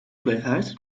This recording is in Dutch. gelegenheid